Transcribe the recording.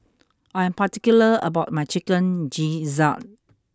I am particular about my Chicken Gizzard